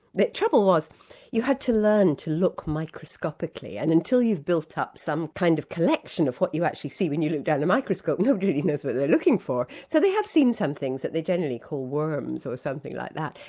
trouble was you had to learn to look microscopically, and until you've built up some kind of collection of what you actually see when you look down a microscope, nobody really knows what they're looking for. so they have seen some things that they generally call worms or something like that.